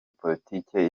politique